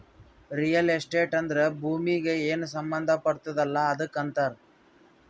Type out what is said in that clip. real estate ಅಂದ್ರ ಭೂಮೀಗಿ ಏನ್ ಸಂಬಂಧ ಪಡ್ತುದ್ ಅಲ್ಲಾ ಅದಕ್ ಅಂತಾರ್